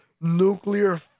nuclear